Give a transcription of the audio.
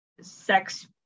sex